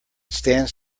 stands